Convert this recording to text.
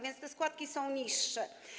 Więc te składki są niższe.